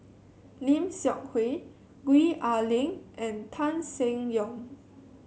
Lim Seok Hui Gwee Ah Leng and Tan Seng Yong